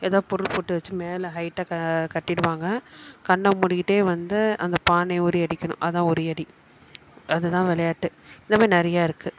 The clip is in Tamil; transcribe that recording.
ஏதாவது பொருள் போட்டு வச்சு மேலே ஹைட்டாக க கட்டிவிடுவாங்க கணணை மூடிக்கிட்டே வந்து அந்த பானையை உறியடிக்கணும் அதுதான் உறியடி அதுதான் விளையாட்டு இந்தமாதிரி நிறையா இருக்குது